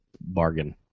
bargain